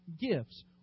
gifts